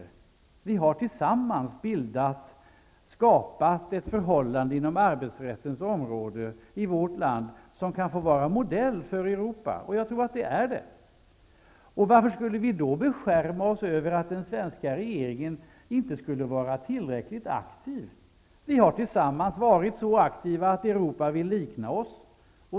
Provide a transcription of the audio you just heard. Vi har tillsammans skapat ett förhållande inom arbetsrättens område i vårt land som kan få vara modell för Europa, och jag tror att det är det. Varför skulle vi då beskärma oss över att den svenska regeringen inte skulle vara tillräckligt aktiv? Vi har tillsammans varit så aktiva att man i Europa vill likna oss.